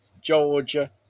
Georgia